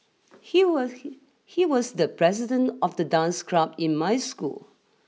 he was he he was the president of the dance club in my school